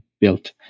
built